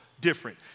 different